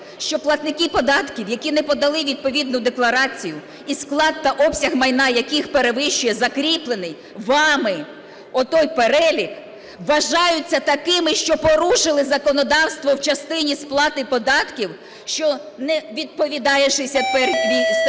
що платники податків, які не подали відповідну декларацію і склад та обсяг майна яких перевищує закріплений вами отой перелік, вважаються такими, що порушили законодавство в частині сплати податків, що не відповідає 61 статті